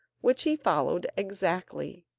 which he followed exactly.